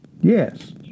Yes